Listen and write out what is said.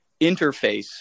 interface